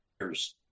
years